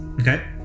Okay